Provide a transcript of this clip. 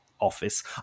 office